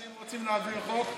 שאם רוצים להעביר חוק,